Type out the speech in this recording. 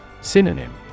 Synonym